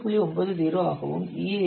90 ஆகவும் EAF 1